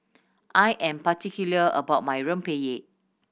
I am particular about my Rempeyek